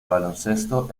baloncesto